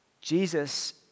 Jesus